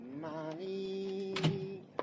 Money